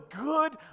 good